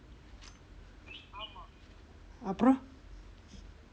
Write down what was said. அப்புறம:appuram